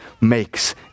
makes